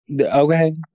Okay